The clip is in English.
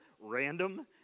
random